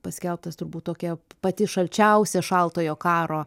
paskelbtas turbūt tokia pati šalčiausia šaltojo karo